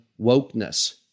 wokeness